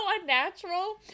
unnatural